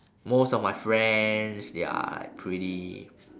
most of my friends they are like pretty